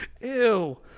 Ew